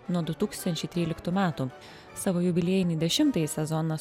nuo du tūkstančiai tryliktų metų savo jubiliejinį dešimtąjį sezoną